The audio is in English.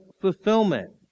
fulfillment